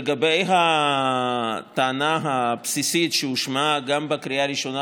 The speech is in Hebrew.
לגבי הטענה הבסיסית שהושמעה גם בקריאה הראשונה